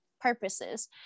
purposes